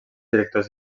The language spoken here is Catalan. directors